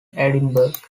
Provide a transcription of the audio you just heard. edinburgh